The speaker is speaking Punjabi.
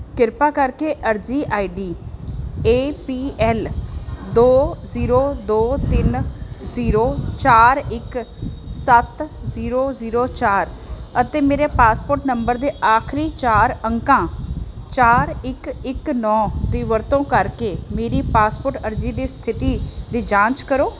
ਕ੍ਰਿਪਾ ਕਰਕੇ ਅਰਜ਼ੀ ਆਈਡੀ ਏ ਪੀ ਐਲ ਦੋ ਜੀਰੋ ਦੋ ਤਿੰਨ ਜੀਰੋ ਚਾਰ ਇੱਕ ਸੱਤ ਜੀਰੋ ਜੀਰੋ ਚਾਰ ਅਤੇ ਮੇਰੇ ਪਾਸਪੋਰ੍ਟ ਨੰਬਰ ਦੇ ਆਖਰੀ ਚਾਰ ਅੰਕਾਂ ਚਾਰ ਇੱਕ ਇੱਕ ਨੌਂ ਦੀ ਵਰਤੋਂ ਕਰਕੇ ਮੇਰੀ ਪਾਸਪੋਰ੍ਟ ਅਰਜ਼ੀ ਦੀ ਸਥਿਤੀ ਦੀ ਜਾਂਚ ਕਰੋ